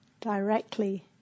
directly